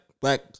black